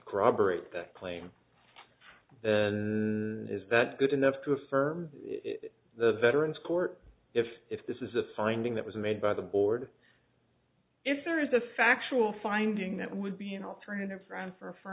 corroborate the claim is that good enough to affirm the veterans court if if this is a finding that was made by the board if there is a factual finding that would be an alternative run for a f